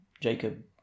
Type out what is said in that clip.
Jacob